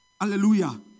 Hallelujah